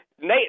Nate